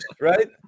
right